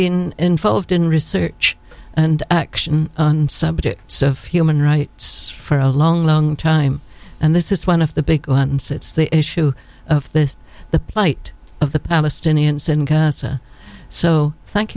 been involved in research and action on subjects of human rights for a long long time and this is one of the big one sits the issue of this the plight of the palestinians in gaza so thank